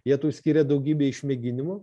jie tau skiria daugybę išmėginimų